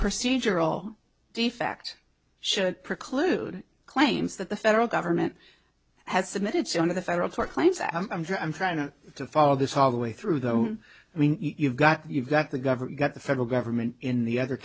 procedural defect should preclude claims that the federal government has submitted to one of the federal tort claims act i'm trying to follow this all the way through though i mean you've got you've got the government got the federal government in the other